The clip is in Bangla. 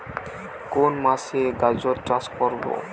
কোন মাসে গাজর চাষ করব?